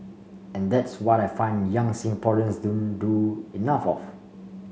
and that's what I find young Singaporeans don't do enough of